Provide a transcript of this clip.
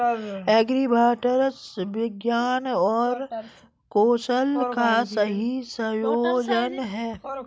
agribots विज्ञान और कौशल का सही संयोजन हैं